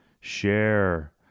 share